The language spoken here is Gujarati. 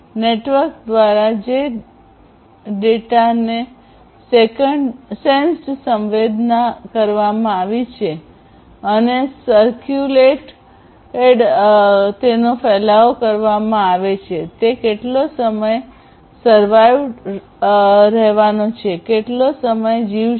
નેટવર્ક દ્વારા જે ડેટાને સેન્સ્ડ સંવેદના કરવામાં આવી છે અને સર્કર્ક્યુલેટેડ circulated પ્રસારિત તેનો ફેલાવો કરવામાં આવે છે તે કેટલો સમય સરવાઇવ ટકી રહેવાનો છે કેટલો સમય જીવશે